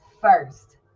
first